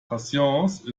patience